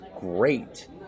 great